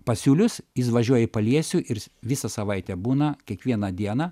pasiūlius jis važiuoja į paliesių ir jis visą savaitę būna kiekvieną dieną